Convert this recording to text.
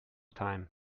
time